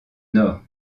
nord